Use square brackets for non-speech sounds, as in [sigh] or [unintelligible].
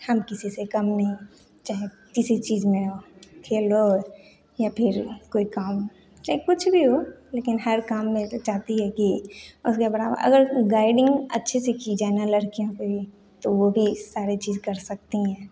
हम किसी से कम नहीं चाहें किसी चीज़ में हो खेल हो या फिर कोई काम चाहें कुछ भी हो लेकिन हर काम में [unintelligible] चाहती है कि उसके बढ़ावा अगर गाइडिंग अच्छे से की जाए न लड़कियों पे भी तो वो भी सारे चीज़ कर सकती हैं